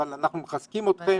אבל אנחנו מחזקים אתכם,